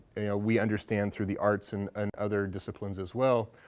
we understand through the arts and and other disciplines as well.